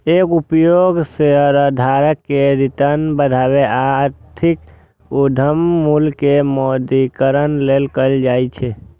एकर उपयोग शेयरधारक के रिटर्न बढ़ाबै आ कथित उद्यम मूल्य के मौद्रीकरण लेल कैल जाइ छै